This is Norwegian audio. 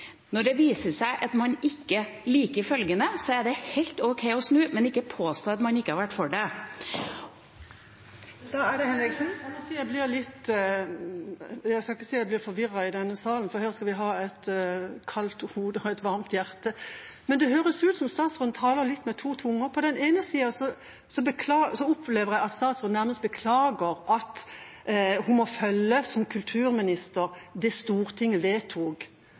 Når det viser seg at man ikke liker følgene, er det helt ok å snu, men ikke påstå at man ikke har vært for det. Kari Henriksen – til oppfølgingsspørsmål. Jeg skal ikke si at jeg blir forvirret i denne salen, for her skal vi ha et kaldt hode og et varmt hjerte, men det høres ut som om statsråden taler litt med to tunger. På den ene sida opplever jeg at statsråden nærmest beklager at hun, som kulturminister, må følge det Stortinget vedtok